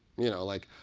you know, like,